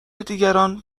دیگران